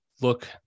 look